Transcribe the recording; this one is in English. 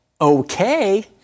okay